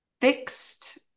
fixed